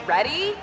Ready